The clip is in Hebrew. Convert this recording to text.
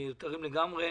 מיותרים לגמרי.